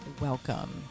welcome